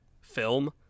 film